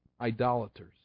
idolaters